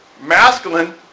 masculine